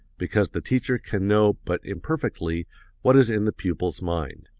because the teacher can know but imperfectly what is in the pupil's mind.